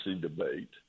debate